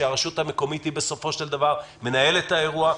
שהרשות המקומית בסופו של דבר מנהלת את האירוע.